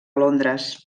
londres